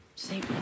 See